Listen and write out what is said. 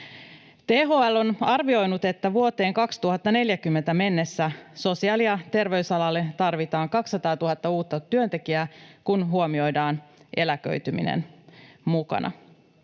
THL on arvioinut, että vuoteen 2040 mennessä sosiaali- ja terveysalalle tarvitaan 200 000 uutta työntekijää, kun huomioidaan eläköityminen mukana.